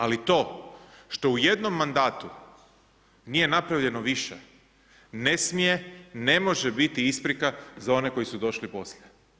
Ali to što u jednom mandatu nije napravljeno više ne smije, ne može biti isprika za one koji su došli poslije.